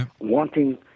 wanting